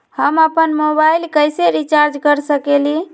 हम अपन मोबाइल कैसे रिचार्ज कर सकेली?